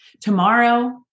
Tomorrow